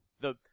the-